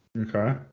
Okay